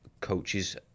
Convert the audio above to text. coaches